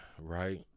right